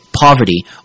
poverty